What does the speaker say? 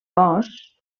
cos